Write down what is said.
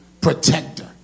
protector